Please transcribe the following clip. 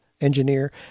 engineer